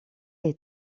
est